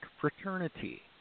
fraternity